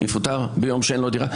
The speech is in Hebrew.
יפוטר ביום שאין לו דירה?